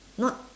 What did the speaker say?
not